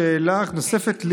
שאלה נוספת,